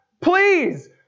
Please